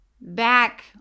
back